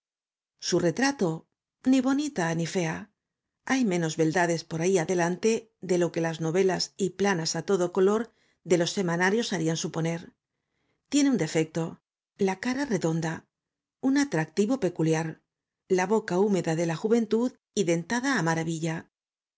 su retrato ni bonita ni fea hay menos beldades por ahí adelante de lo que las novelas y las planas á todo color de los semanarios harían suponer tiene un defecto la cara redonda un atractivo peculiar la boca húmeda de j uventud y dentada á maravilla